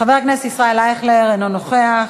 חבר הכנסת ישראל אייכלר, אינו נוכח.